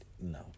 No